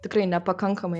tikrai nepakankamai